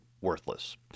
worthless